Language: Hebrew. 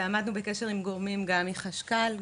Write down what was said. ועמדנו בקשר עם גורמים גם מחשכ"ל,